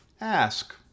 ask